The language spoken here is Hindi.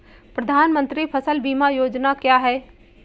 प्रधानमंत्री फसल बीमा योजना क्या है?